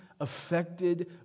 affected